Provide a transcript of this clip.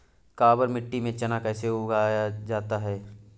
काबर मिट्टी में चना कैसे उगाया जाता है?